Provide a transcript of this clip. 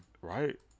Right